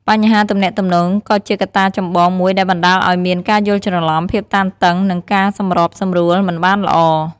បញ្ហាទំនាក់ទំនង ក៏ជាកត្តាចម្បងមួយដែលបណ្ដាលឱ្យមានការយល់ច្រឡំ ភាពតានតឹង និងការសម្របសម្រួលមិនបានល្អ។